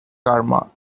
karma